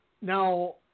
Now